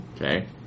Okay